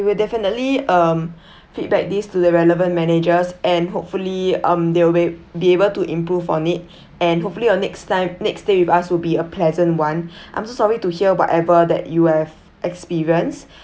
we will definitely um feedback these to the relevant managers and hopefully um they will be able to improve on it and hopefully your next time next stay with us will be a pleasant one I'm sorry to hear whatever that you have experienced